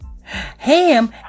Ham